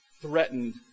threatened